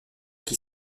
qui